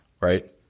right